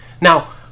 Now